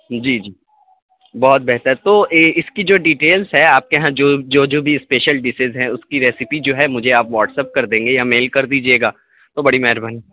جی جی بہت بہتر تو یہ اس کی جو ڈیٹیلس ہے آپ کے یہاں جو جو جو بھی اسپیشل ڈشز ہیں اس کی ریسیپی جو ہے مجھے آپ واٹس اپ کر دیں گے یا میل کر دیجیے گا تو بڑی مہربانی